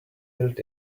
built